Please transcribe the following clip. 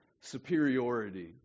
superiority